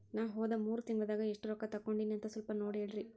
ನಾ ಹೋದ ಮೂರು ತಿಂಗಳದಾಗ ಎಷ್ಟು ರೊಕ್ಕಾ ತಕ್ಕೊಂಡೇನಿ ಅಂತ ಸಲ್ಪ ನೋಡ ಹೇಳ್ರಿ